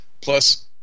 Plus